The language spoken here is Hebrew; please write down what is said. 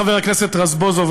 חבר הכנסת רזבוזוב,